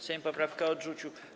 Sejm poprawkę odrzucił.